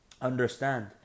understand